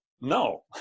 no